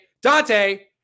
Dante